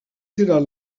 girar